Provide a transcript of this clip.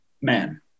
man